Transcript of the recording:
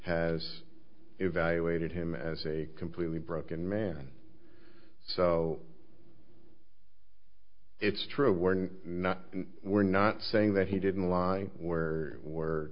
has evaluated him as a completely broken man so it's true we're not we're not saying that he didn't lie where were